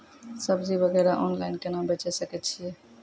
सब्जी वगैरह ऑनलाइन केना बेचे सकय छियै?